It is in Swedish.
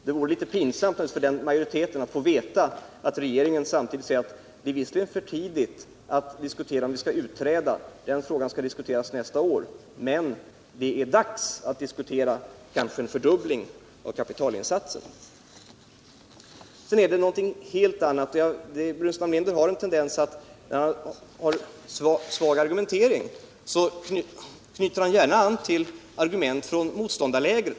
Det vore litet pinsamt just för den majoriteten att få veta att regeringen samtidigt menar: Det är visserligen för tidigt att diskutera om vi skall utträda — den frågan skall diskuteras nästa år — men det är dags att diskutera kanske en fördubbling av kapitalinsatsen. Sedan något helt annat: Staffan Burenstam Linder har en tendens att när hans argumentering är svag gärna dra in argument från motståndarlägret.